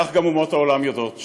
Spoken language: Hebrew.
וגם אומות העולם יודעות,